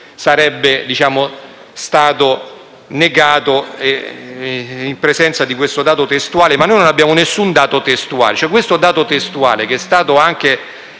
sarebbe stato negato in presenza di questo dato testuale. Noi però non abbiamo nessun dato testuale.